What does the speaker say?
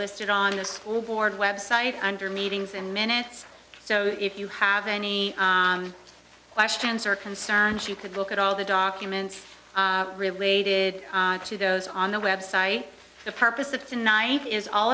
listed on the school board website under meetings and minutes so if you have any questions or concerns you could look at all the documents related to those on the website the purpose of tonight is all